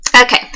okay